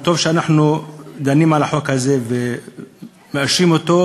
וטוב שאנחנו דנים על החוק הזה ומאשרים אותו,